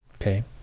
Okay